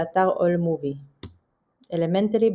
באתר AllMovie "אלמנטלי",